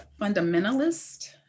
fundamentalist